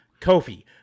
Kofi